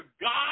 God